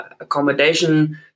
accommodation